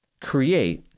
Create